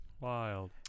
Wild